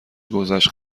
گذشت